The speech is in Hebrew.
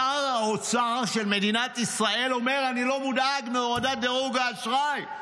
שר האוצר של מדינת ישראל אומר: אני לא מודאג מהורדת דירוג האשראי.